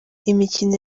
imikino